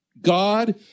God